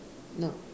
no